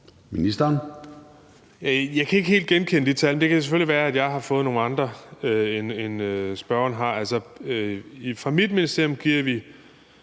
Bek): Jeg kan ikke helt genkende de tal. Det kan selvfølgelig være, at jeg har fået nogle andre, end spørgeren har. Altså, fra mit ministerium giver vi